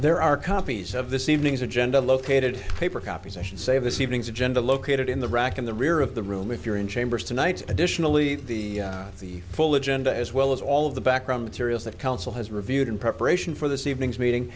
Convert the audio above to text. there are copies of this evening's agenda located paper copies i should say of this evening's agenda located in the rack in the rear of the room if you're in chambers tonight additionally the the full agenda as well as all of the background material that council has reviewed in preparation for this evening's meeting